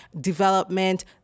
development